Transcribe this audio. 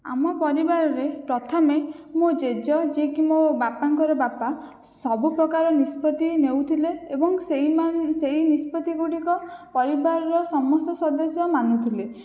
ଆମ ପରିବାରରେ ପ୍ରଥମେ ମୋ' ଜେଜେ ଯିଏକି ମୋ' ବାପାଙ୍କର ବାପା ସବୁପ୍ରକାର ନିଷ୍ପତ୍ତି ନେଉଥିଲେ ଏବଂ ସେହି ସେହି ନିଷତ୍ତିଗୁଡ଼ିକ ପରିବାରର ସମସ୍ତ ସଦସ୍ୟ ମାନୁଥିଲେ